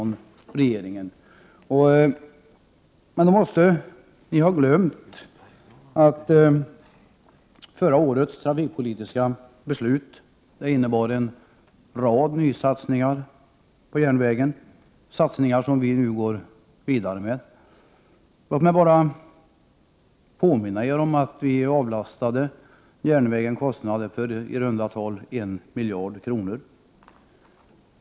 Ni måste ha glömt att förra årets trafikpolitiska beslut innebar en rad nysatsningar på järnvägen, satsningar som vi nu går vidare med. Låt mig bara påminna er om att vi avlastade järnvägen kostnader på i runda tal 1 miljard kronor.